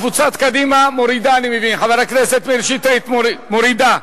קבוצת קדימה מורידה, אני מבין.